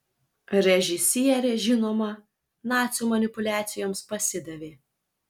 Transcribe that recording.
režisierė žinoma nacių manipuliacijoms pasidavė